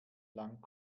lang